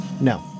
No